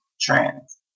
trans